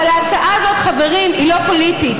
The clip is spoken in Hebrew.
אבל ההצעה הזאת, חברים, היא לא פוליטית.